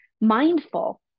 mindful